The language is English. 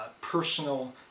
personal